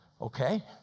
Okay